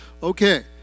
Okay